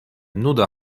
nuda